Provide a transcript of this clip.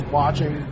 watching